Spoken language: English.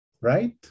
Right